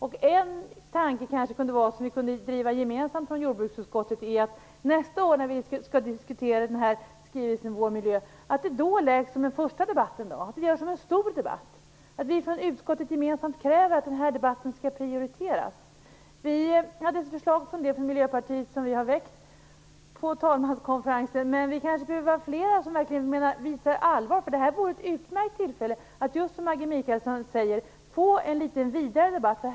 En sak som vi kanske skulle kunna driva gemensamt från jordbruksutskottets sida, är att diskussionen om skrivelsen Vår miljö nästa år läggs som den första debatten, som en stor debatt. Vi skulle från utskottet gemensamt kunna kräva att denna debatt skall prioriteras. Vi har från Miljöpartiets sida väckt ett förslag om detta på talmanskonferensen, men vi kanske skulle behöva vara flera för att visa att vi menar allvar. Detta vore ett utmärkt tillfälle att, som Maggi Mikaelsson säger, få en litet vidare debatt.